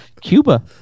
Cuba